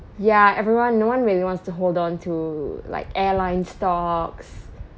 ya everyone no one really wants to hold on to like airline stocks